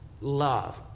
love